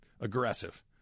aggressive